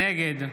נגד